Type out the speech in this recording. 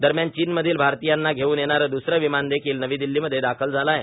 दरम्यान चीनमधील भारतीयांना घेऊन येणारं द्सरं विमान देखील नवी दिल्लीमध्ये दाखल झालं आहे